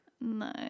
No